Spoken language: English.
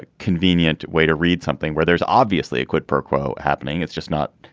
ah convenient way to read something where there's obviously a quid pro quo happening it's just not